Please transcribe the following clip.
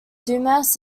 dumas